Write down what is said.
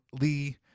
Lee